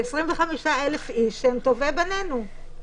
ל-25,000 אנשים שהם טובי בנינו.